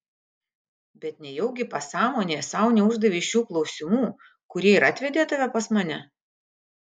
bet nejaugi pasąmonėje sau neuždavei šių klausimų kurie ir atvedė tave pas mane